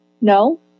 no